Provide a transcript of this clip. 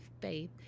faith